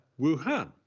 Wuhan